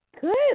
good